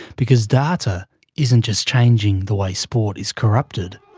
because data isn't just changing the way sport is corrupted,